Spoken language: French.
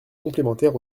complémentaire